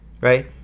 right